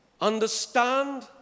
Understand